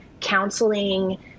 counseling